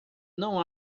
não